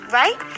right